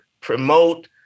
promote